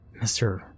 Mr